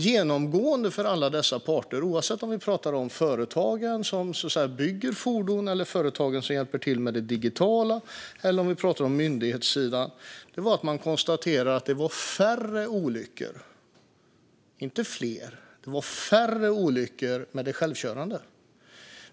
Genomgående för alla parter - oavsett om vi talar om företagen som bygger fordonen, om företagen som hjälper till med det digitala eller om myndighetssidan - var att de konstaterade att det sker färre olyckor med självkörande bilar, inte fler.